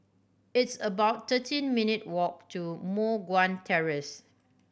it's about thirteen minute ' walk to Moh Guan Terrace